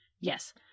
Yes